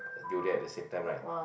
durian at the same time right